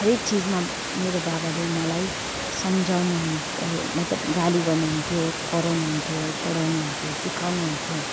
हरेक चिजमा मेरो बाबाले मलाई सम्झाउनु हुन मतलब गाली गर्नु हुन्थ्यो कराउनु हुन्थ्यो पढाउनु हुन्थ्यो सिकाउनु हुन्थ्यो